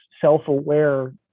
self-aware